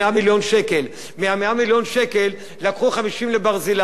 מ-100 מיליון השקל לקחו 50 ל"ברזילי" משפט אחרון.